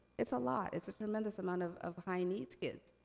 it's a lot, it's a tremendous amount of of high needs kids.